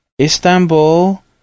Istanbul